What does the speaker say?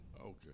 Okay